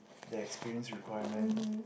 there experience requirement